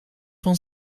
van